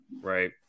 Right